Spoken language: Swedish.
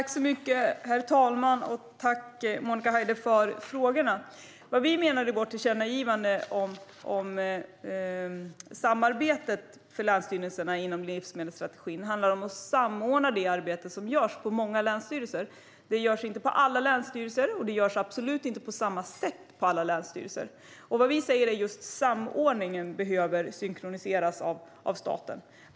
Herr talman! Jag tackar Monica Haider för frågorna. Vårt tillkännagivande om samarbetet för länsstyrelserna inom livsmedelsstrategin handlar om att samordna det arbete som görs på många länsstyrelser. Det görs inte på alla länsstyrelser, och det görs absolut inte på samma sätt på alla länsstyrelser. Vad vi säger är just att samordningen behöver synkroniseras av staten.